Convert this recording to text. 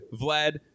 Vlad